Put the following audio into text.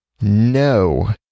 no